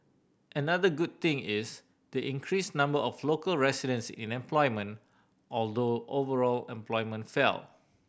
another good thing is the increased number of local residents in employment although overall employment fell